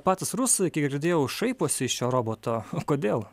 patys rusai kiek girdėjau šaiposi iš šio roboto o kodėl